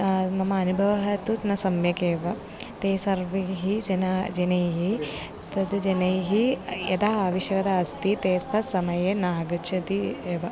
मम अनुभवः तु न सम्यकेव ते सर्वैः जनाः जनैः तत् जनैः यदा आवश्यकता अस्ति ते तत् समये न आगच्छति एव